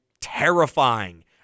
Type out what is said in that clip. terrifying